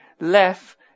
left